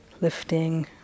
lifting